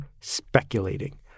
speculating